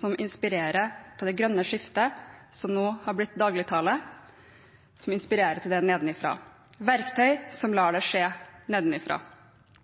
som inspirerer til «det grønne skiftet», som nå har blitt dagligtale – verktøy som lar skiftet skje nedenifra. Og på samme tid bidrar det